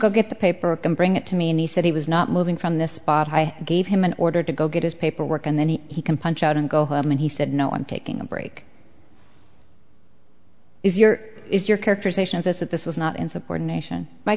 go get the paperwork and bring it to me and he said he was not moving from this spot i gave him an order to go get his paperwork and then he can punch out and go home and he said no i'm taking a break is your is your characterization of this that this was not insubordination my